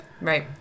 right